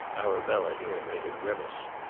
arabella here made a grimace.